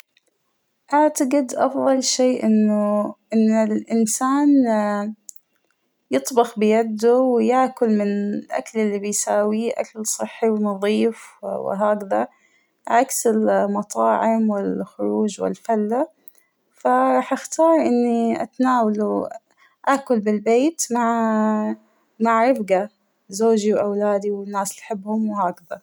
أعتقد أفضل شى إنه أن الإنسان يطبخ بيده وياكل من الأكل اللى بيسويه أكل صحى ونظيف وهكذا ، عكس المطاعم والخروج والفلة ، فا راح أختار إنى أتناوله أكل بالبيت مع رفقة: زوجى وأولادى والناس اللى احبهم وهكذا.